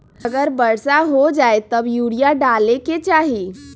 अगर वर्षा हो जाए तब यूरिया डाले के चाहि?